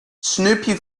snoopy